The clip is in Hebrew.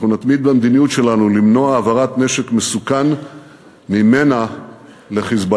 אנחנו נתמיד במדיניות שלנו למנוע העברת נשק מסוכן ממנה ל"חיזבאללה".